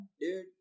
dude